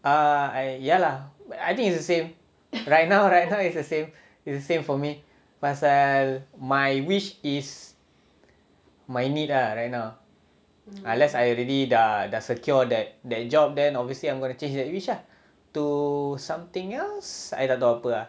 err I ya lah but I think it's the same right now right now it's the same for me uh pasal my wish is my need ah right now unless I really the the secure that that job then obviously I'm gonna change that wish ah to something else I tak tahu apa ah